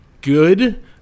good